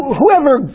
whoever